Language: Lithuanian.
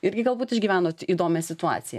irgi galbūt išgyvenot įdomią situaciją